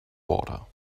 water